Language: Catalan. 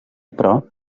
però